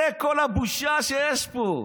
זה כל הבושה שיש פה.